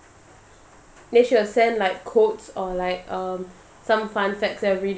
then she will send like quotes or like um some fun facts everyday